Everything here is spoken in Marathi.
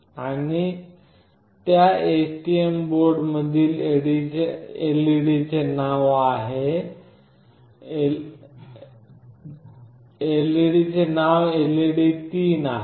आणि त्या STM बोर्ड मधील एलईडीचे नाव LED3 आहे